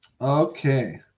okay